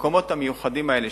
במקומות המיוחדים האלה,